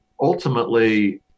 Ultimately